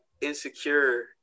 insecure